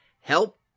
help